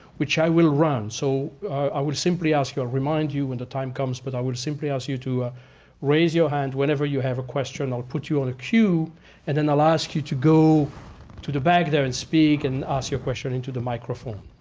which i will run. so i will simply ask you i'll remind you when the time comes, but i will simply ask you to ah raise your hand whenever you have a question. i'll put you in a queue and then i'll ask you to go to the bag there and speak and ask your question into the microphone.